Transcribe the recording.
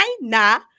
China